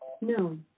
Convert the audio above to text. No